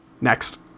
Next